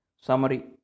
Summary